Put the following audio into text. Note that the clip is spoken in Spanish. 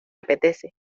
apetece